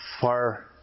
far